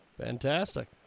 Fantastic